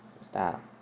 Stop